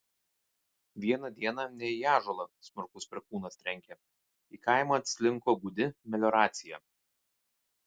vieną dieną ne į ąžuolą smarkus perkūnas trenkė į kaimą atslinko gūdi melioracija